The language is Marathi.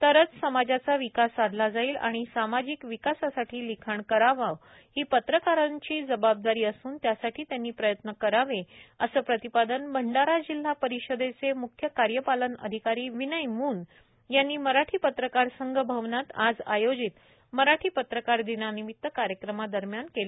तरच समाजाचा विकास साधला जाईल आणि सामाजिक विकासासाठी लिखाण करणे ही पत्रकारांची जबाबदारी असून सामाजिक विकासासाठी त्यांनी प्रयत्न करावे असे प्रतिपादन भंडारा जिल्हा परिषदेचे मुख्य कार्यपालन अधिकारी विनय मून यांनी मराठी पत्रकार संघ भवनात आज आयोजित मराठी पत्रकार दिनानिमित्त कार्यक्रमादरम्यान केले